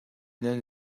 nan